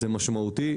זה משמעותי,